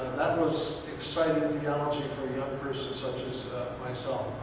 that was exciting theology for a young person such as myself